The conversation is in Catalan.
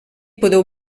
podeu